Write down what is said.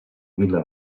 vila